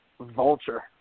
Vulture